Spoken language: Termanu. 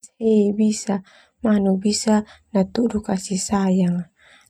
Manu bisa natudu kasih sayang.